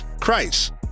Christ